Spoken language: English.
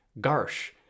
garsh